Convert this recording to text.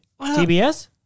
TBS